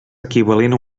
equivalent